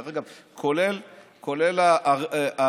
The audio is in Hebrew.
דרך אגב, כולל כל הערוץ.